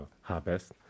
harvest